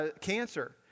cancer